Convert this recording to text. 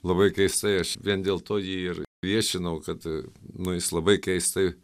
labai keistai aš vien dėl to jį ir viešinau kad nu jis labai keistai